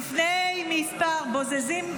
בוזזים?